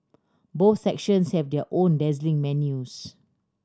both sections have their own dazzling menus